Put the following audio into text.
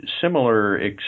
similar